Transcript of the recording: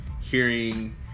hearing